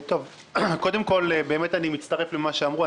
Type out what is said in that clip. קודם כול, אני מצטרף אל מה שאמרו.